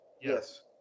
Yes